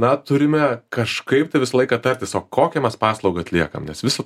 na turime kažkaip visą laiką tarti sau kokią mes paslaugą atliekam nes vis